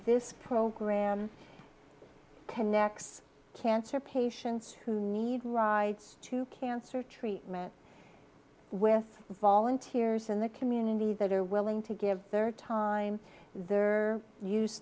this program connex cancer patients who need rides to cancer treatment with volunteers in the community that are willing to give their time their use